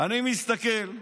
אני מסתכל,